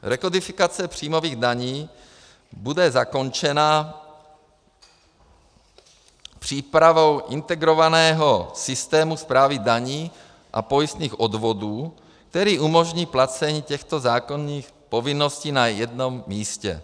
Rekodifikace příjmových daní bude zakončena přípravou integrovaného systému správy daní a pojistných odvodů, který umožní placení těchto zákonných povinností na jednom místě.